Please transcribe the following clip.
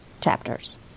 chapters